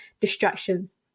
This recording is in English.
distractions